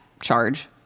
charge